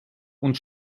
und